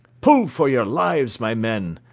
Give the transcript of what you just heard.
pull for your lives, my men!